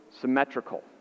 symmetrical